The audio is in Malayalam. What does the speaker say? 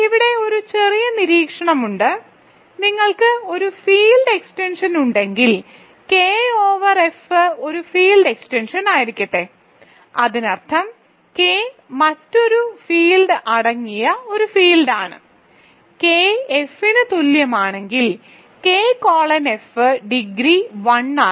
ഇവിടെ ഒരു ചെറിയ നിരീക്ഷണം ഉണ്ട് നിങ്ങൾക്ക് ഒരു ഫീൽഡ് എക്സ്റ്റൻഷൻ ഉണ്ടെങ്കിൽ കെ ഓവർ എഫ് ഒരു ഫീൽഡ് എക്സ്റ്റൻഷനായിരിക്കട്ടെ അതിനർത്ഥം കെ മറ്റൊരു ഫീൽഡ് അടങ്ങിയ ഒരു ഫീൽഡാണ് കെ എഫിന് തുല്യമാണെങ്കിൽ കെ കോളൻ എഫ് ഡിഗ്രി 1 ആണ്